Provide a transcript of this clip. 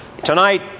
Tonight